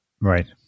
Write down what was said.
Right